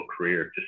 career